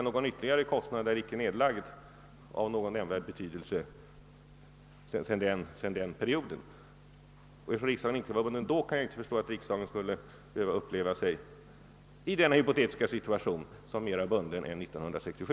Någon ytterligare kostnad av nämnvärd betydelse har icke lagts ned sedan den tiden, och eftersom riksdagen inte var bunden då, kan jag inte förstå, att riksdagen i denna hypotetiska situation skulle behöva anse sig mer bunden än 1967.